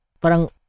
Parang